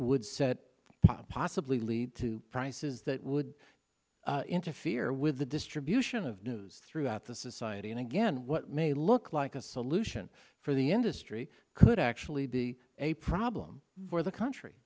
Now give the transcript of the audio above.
would set possibly lead to prices that would interfere with the distribution of news throughout the society and again what may look like a solution for the industry could actually be a problem for the country